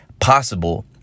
possible